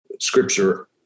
Scripture